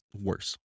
worse